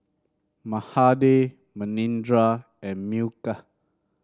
Mahade Manindra and Milkha